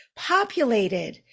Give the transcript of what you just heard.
populated